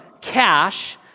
cash